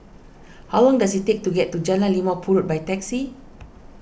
how long does it take to get to Jalan Limau Purut by taxi